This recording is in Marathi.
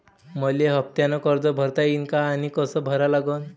मले हफ्त्यानं कर्ज भरता येईन का आनी कस भरा लागन?